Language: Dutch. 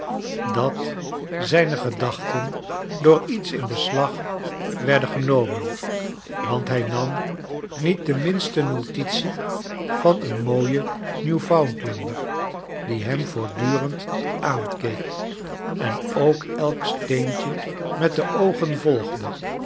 dat zijne gedachten door iets in beslag werden genomen want hij nam niet de minste notitie van een mooien newfoundlander die hem voortdurend aankeek en ook elk steentje met de oogen volgde